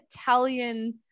Italian